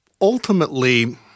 Ultimately